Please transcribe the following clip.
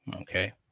okay